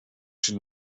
she